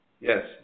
Yes